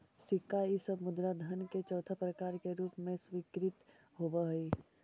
सिक्का इ सब मुद्रा धन के चौथा प्रकार के रूप में स्वीकृत होवऽ हई